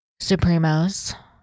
Supremos